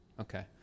Okay